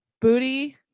booty